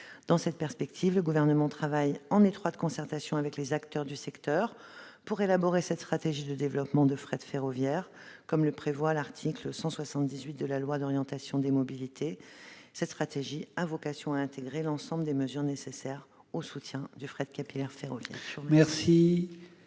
États membres. Aujourd'hui, le Gouvernement travaille en étroite concertation avec les acteurs du secteur pour élaborer cette stratégie de développement du fret ferroviaire, comme le prévoit l'article 178 de la loi d'orientation des mobilités. Cette stratégie a vocation à intégrer l'ensemble des mesures nécessaires au soutien du fret capillaire ferroviaire.